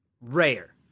Rare